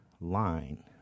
line